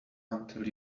until